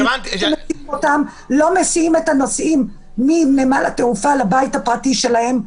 באותה מידה לא מסיעים נוסעים מנמל התעופה לבית שלהם,